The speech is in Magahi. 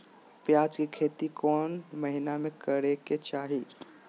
प्याज के खेती कौन महीना में करेके चाही?